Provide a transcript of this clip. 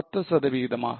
10 சதவீதமாக